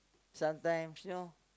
sometimes you know